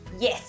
Yes